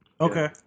Okay